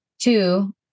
two